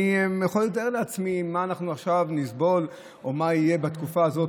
אני יכול לתאר לעצמי מה אנחנו עכשיו נסבול או מה יהיה בתקופה הזאת,